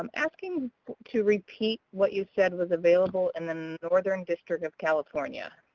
um asking to repeat what you said was available in the northern district of california.